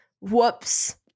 whoops